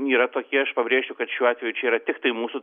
yra tokie aš pabrėšiu kad šiuo atveju čia yra tiktai mūsų